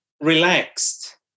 relaxed